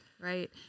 Right